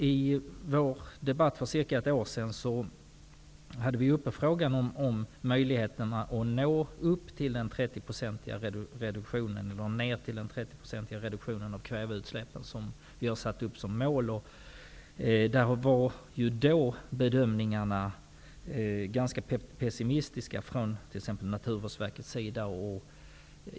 I vår debatt för ca ett år sedan hade vi uppe frågan om möjligheterna att nå den 30-procentiga reduktionen av kväveoxidutsläppen som vi har satt upp som mål. Då var bedömningarna ganska pessimistiska från t.ex. Naturvårdsverkets sida.